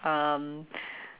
um